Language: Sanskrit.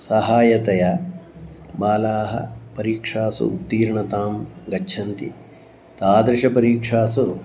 सहायतया बालाः परीक्षासु उत्तीर्णतां गच्छन्ति तादृशपरीक्षासु